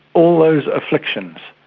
all those afflictions.